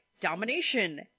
domination